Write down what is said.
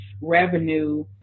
revenue